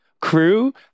crew